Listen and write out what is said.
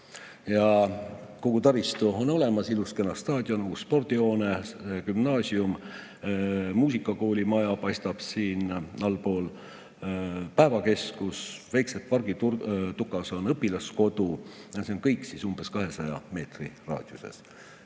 Kogu taristu on olemas: ilus, kena staadion, uus spordihoone, gümnaasium, muusikakooli maja paistab siin allpool, päevakeskus, väikese pargi tukas on õpilaskodu. Ja see on kõik umbes 200 meetri raadiuses.